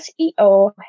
SEO